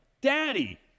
Daddy